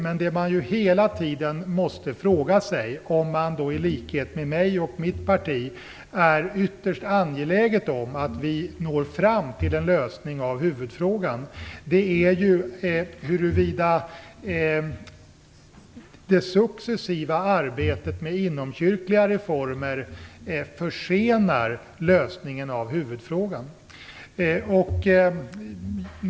Men det som man hela tiden måste fråga sig, om man i likhet med mig och mitt parti är ytterst angelägna om att man skall nå fram till en lösning av huvudfrågan, är huruvida det successiva arbetet med inomkyrkliga reformer försenar lösningen av huvudfrågan.